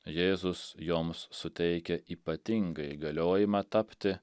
jėzus joms suteikia ypatingą įgaliojimą tapti